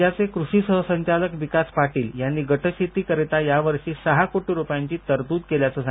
राज्याचे कृषी सहसंचालक विकास पाटील यांनी गटशेतीकरिता यावर्षी सहा कोटी रुपयांची तरतूद केल्याचं सांगितलं